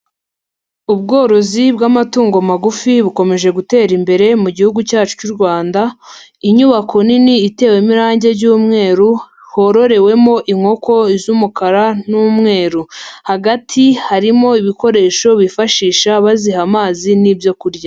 Ubworozi bw'amatungo magufi bukomeje gutera imbere mu gihugu cyacu cy'u Rwanda, inyubako nini itewemo irange ry'umweru hororewemo inkoko z'umukara n'umweru. Hagati harimo ibikoresho bifashisha baziha amazi n'ibyo kurya.